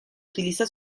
utiliza